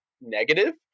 negative